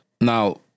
Now